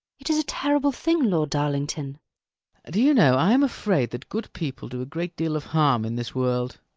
it is a terrible thing, lord darlington do you know i am afraid that good people do a great deal of harm in this world.